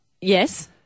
Yes